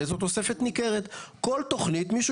היא תוכנית שהוועדה,